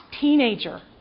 teenager